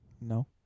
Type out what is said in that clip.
No